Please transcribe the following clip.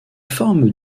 forme